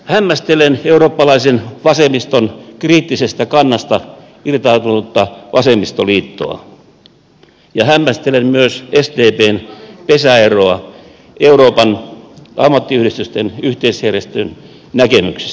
hämmästelen eurooppalaisen vasemmiston kriittisestä kannasta irtautunutta vasemmistoliittoa ja hämmästelen myös sdpn pesäeroa euroopan ammattiyhdistysten yhteisjärjestön näkemyksestä